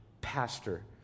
pastor